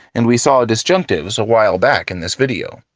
and we saw disjunctives a while back in this video.